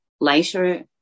later